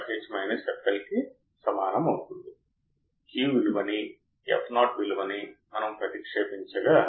intermediate దశ ప్రత్యక్ష సంధానం లేదా అత్యధిక గైన్ లెవెల్ షిఫ్టర్ దశను ఉపయోగించింది